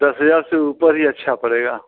दस हजार से उपर ही अच्छा पड़ेगा